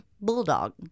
Bulldog